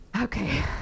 Okay